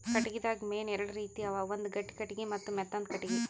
ಕಟ್ಟಿಗಿದಾಗ್ ಮೇನ್ ಎರಡು ರೀತಿ ಅವ ಒಂದ್ ಗಟ್ಟಿ ಕಟ್ಟಿಗಿ ಮತ್ತ್ ಮೆತ್ತಾಂದು ಕಟ್ಟಿಗಿ